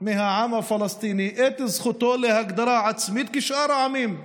מהעם הפלסטיני את זכותו להגדרה עצמית כשאר העמים.